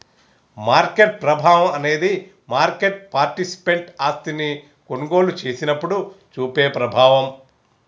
market ప్రభావం అనేది market participant ఆస్తిని కొనుగోలు చేసినప్పుడు చూపే ప్రభావం